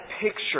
picture